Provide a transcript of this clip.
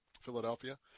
Philadelphia